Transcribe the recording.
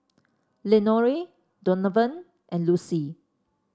Lenore Donavan and Lucy